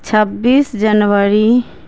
چھبیس جنوری